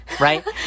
right